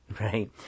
right